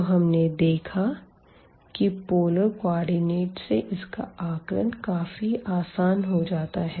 तो हमने देखा कि पोलर कोऑर्डिनेट से इसका आकलन काफ़ी आसान हो जाता है